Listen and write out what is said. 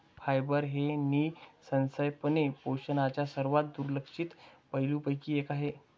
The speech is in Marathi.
फायबर हे निःसंशयपणे पोषणाच्या सर्वात दुर्लक्षित पैलूंपैकी एक आहे